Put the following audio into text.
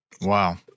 Wow